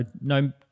No